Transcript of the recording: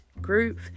group